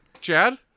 Chad